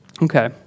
Okay